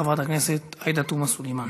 חברת הכנסת עאידה תומא סלימאן.